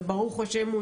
וברוך השם,